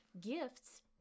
Gifts